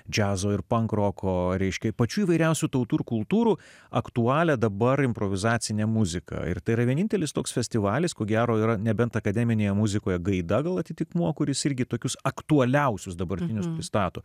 džiazo ir pankroko reiškia pačių įvairiausių tautų kultūrų aktualią dabar improvizacinę muziką ir tai yra vienintelis toks festivalis ko gero yra nebent akademinėje muzikoje gaida gal atitikmuo kuris irgi tokius aktualiausius dabartinius nustato